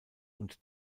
und